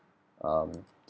um